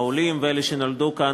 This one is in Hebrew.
העולים ואלה שנולדו כאן,